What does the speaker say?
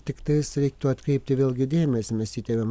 tiktais reiktų atkreipti vėlgi dėmesį mes įtėviam